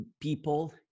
people